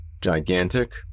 Gigantic